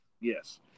Yes